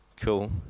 cool